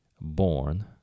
born